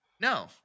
No